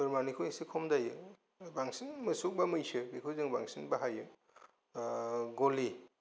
बोरमानिखौ एसे खम जायो बांसिन मोसौ बा मैसो बेखो जोङो बांसिन बाहायो गलि